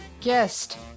guest